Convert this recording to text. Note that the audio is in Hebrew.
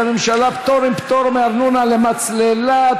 הממשלה (פטורין) (פטור מארנונה למצללה),